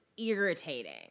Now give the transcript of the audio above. irritating